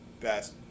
best